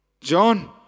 John